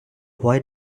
why